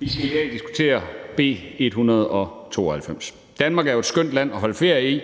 Vi skal i dag diskutere B 192. Danmark er jo et skønt land at holde ferie i,